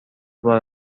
بار